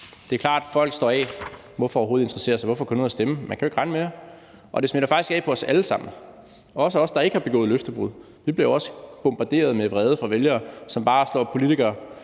Det er klart, at folk står af. Hvorfor overhovedet interessere sig for det, hvorfor gå ned at stemme? Man kan jo ikke regne med jer. Og det smitter faktisk af på os alle sammen; også os, der ikke har begået løftebrud, bliver bombarderet med vrede fra vælgere, som bare slår politikere